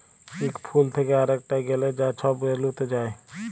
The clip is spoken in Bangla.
ইক ফুল থ্যাকে আরেকটয় গ্যালে যা ছব রেলুতে যায়